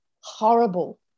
horrible